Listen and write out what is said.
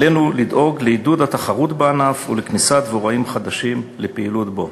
עלינו לדאוג לעידוד התחרות בענף ולכניסת דבוראים חדשים לפעילות בו.